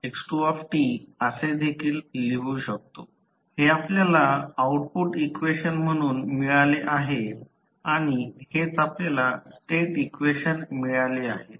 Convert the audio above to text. हे आपल्याला output equation म्हणून मिळाले आहे आणि हेच आपल्याला स्टेट इक्वेशन मिळाले आहे